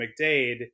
McDade